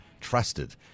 trusted